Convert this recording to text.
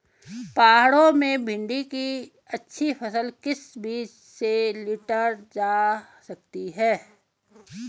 पहाड़ों में भिन्डी की अच्छी फसल किस बीज से लीटर जा सकती है?